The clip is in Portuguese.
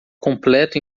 completo